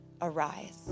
arise